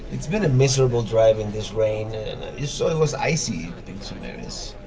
it's been a miserable drive in this rain. and you saw it was icy in some areas.